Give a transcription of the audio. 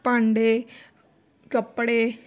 ਭਾਂਡੇ ਕੱਪੜੇ